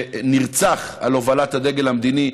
שנרצח על הובלת הדגל המדיני,